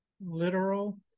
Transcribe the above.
literal